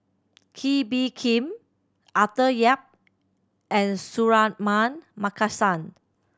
Kee Bee Khim Arthur Yap and Suratman Markasan